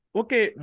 okay